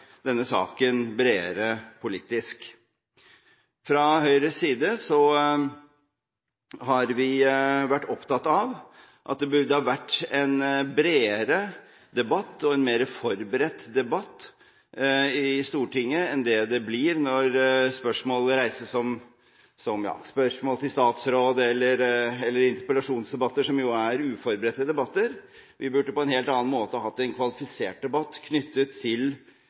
denne saken bredere politisk. Fra Høyres side har vi vært opptatt av at det burde vært en bredere og mer forberedt debatt i Stortinget enn det blir når det reises spørsmål til en statsråd, eller når det er interpellasjonsdebatter, som jo er uforberedte debatter. Vi burde på en helt annen måte hatt en kvalifisert debatt knyttet til